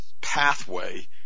pathway